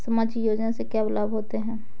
सामाजिक योजना से क्या क्या लाभ होते हैं?